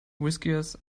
whiskers